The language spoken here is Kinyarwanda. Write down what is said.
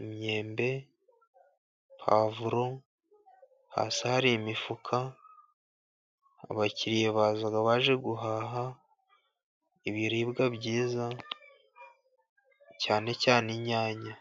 imyembe, pwavuro hasi hari imifuka. Abakiriya baza baje guhaha ibiribwa byiza, cyane cyane inyanya.